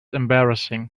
embarrassing